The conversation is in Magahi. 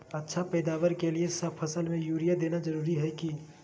अच्छा पैदावार के लिए सब फसल में यूरिया देना जरुरी है की?